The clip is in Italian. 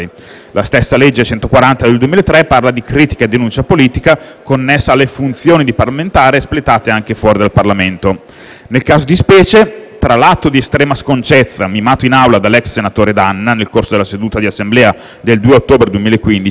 La stessa legge n. 140 del 2003 parla di critica e denuncia politica, connessa alle funzioni di parlamentare espletate anche fuori del Parlamento. Nel caso di specie, tra l'atto di estrema sconcezza, mimato in Aula dall'ex senatore D'Anna nel corso della seduta di Assemblea del 2 ottobre 2015,